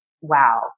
wow